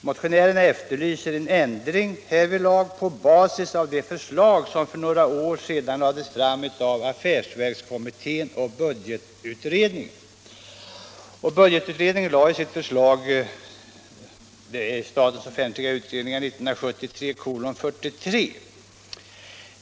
Motionärerna efterlyser en ändring härvidlag på basis av de förslag som för några år sedan lades fram av affärsverkskommittén och budgetutredningen i dess betänkande, statens offentliga utredningar 1973:43.